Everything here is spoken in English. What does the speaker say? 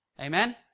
Amen